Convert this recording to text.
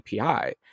API